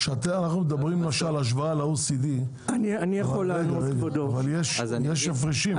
כשנחנו מדברים בהשוואה על ה-OECD, יש הפרשים.